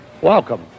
welcome